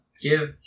Give